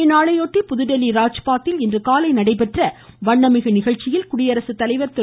இந்நாளையொட்டி புதுதில்லி ராஜ்பாத்தில் இன்றுகாலை நடைபெற்ற வண்ணமிகு நிகழ்ச்சியில் குடியரசுத் தலைவர் திரு